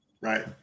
Right